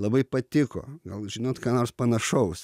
labai patiko gal žinot ką nors panašaus